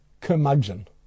curmudgeon